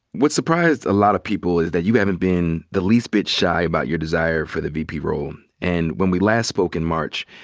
what surprised a lot of people is that you haven't been the least bit shy about your desire for the vp role. and when we last spoke in march,